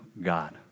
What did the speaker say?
God